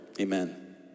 Amen